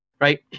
right